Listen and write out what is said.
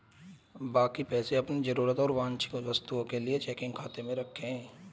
बाकी पैसे अपनी जरूरत और वांछित वस्तुओं के लिए चेकिंग खाते में रखें